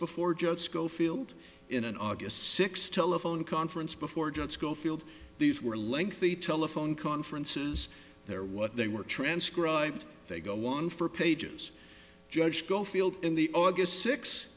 before judge schofield in an august sixth telephone conference before judge school field these were lengthy telephone conferences they're what they were transcribed they go on for pages judge go field in the august six